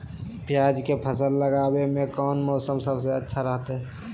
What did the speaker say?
प्याज के फसल लगावे में कौन मौसम सबसे अच्छा रहतय?